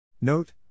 Note